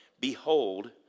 behold